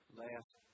last